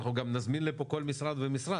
נזמין לפה כל משרד ומשרד.